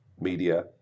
media